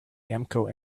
amco